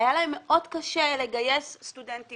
היה להם מאוד קשה לגייס סטודנטים